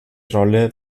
rolle